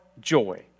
joy